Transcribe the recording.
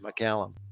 McCallum